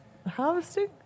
Harvesting